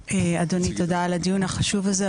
אדוני תודה על הדיון החשוב הזה.